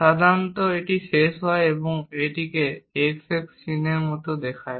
সাধারণত এটি শেষ হয় আমরা এটিকে x x চিহ্নের মতো কিছু দেখাই